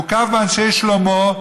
מוקף באנשי שלומו,